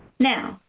now,